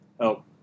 help